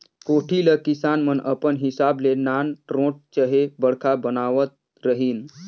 कोठी ल किसान मन अपन हिसाब ले नानरोट चहे बड़खा बनावत रहिन